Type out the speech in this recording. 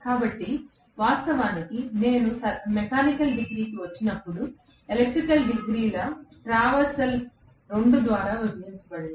కాబట్టి వాస్తవానికి నేను మెకానికల్ డిగ్రీకి వచ్చినప్పుడు ఎలక్ట్రికల్ డిగ్రీల ట్రావెర్సల్ 2 ద్వారా విభజించబడింది